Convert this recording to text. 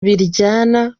biryana